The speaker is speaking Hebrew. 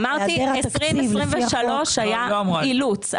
אמרתי שב-2023 היה אילוץ,